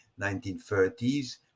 1930s